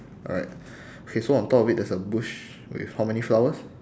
alright okay so on top of it there's a bush with how many flowers